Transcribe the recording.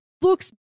looks